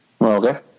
Okay